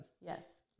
Yes